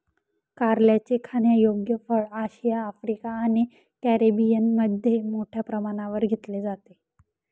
कारल्याचे खाण्यायोग्य फळ आशिया, आफ्रिका आणि कॅरिबियनमध्ये मोठ्या प्रमाणावर घेतले जाते